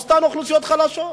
אותן אוכלוסיות חלשות.